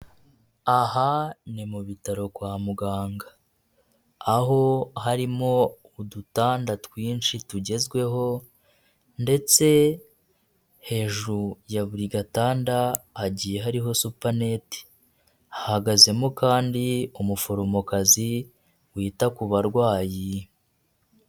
Aha ni mu bitaro kwa muganga aho harimo udutanda twinshi tugezweho ndetse hejuru ya buri gatanda hagiye hariho supanete hahagazemo kandi umuforomokazi wita ku barwayi.